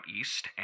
east